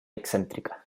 excèntrica